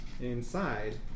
Inside